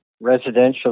residential